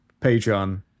patreon